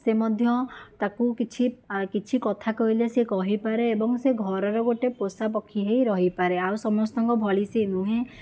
ସେ ମଧ୍ୟ ତାକୁ କିଛି କିଛି କଥା କହିଲେ ସେ କହି ପାରେ ଏବଂ ସେ ଘରର ଗୋଟିଏ ପୋଷା ପକ୍ଷୀ ହୋଇ ରହିପାରେ ଆଉ ସମସ୍ତଙ୍କ ଭଳି ସେ ନୁହେଁ